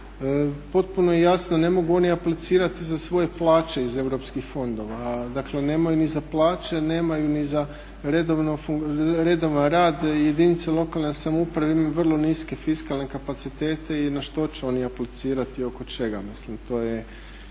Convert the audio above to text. Potpuno je jasno, ne mogu oni aplicirati za svoje plaće iz EU fondova, a dakle oni nemaju ni za plaće, nemaju ni za redovan rad. Jedinice lokalne samouprave imaju vrlo niske fiskalne kapacitete i na što će oni aplicirati, oko čega. Mislim to je.